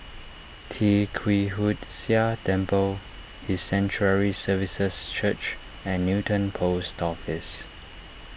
Tee Kwee Hood Sia Temple His Sanctuary Services Church and Newton Post Office